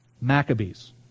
Maccabees